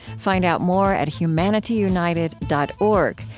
find out more at humanityunited dot org,